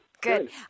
good